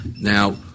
Now